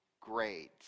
grades